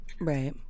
Right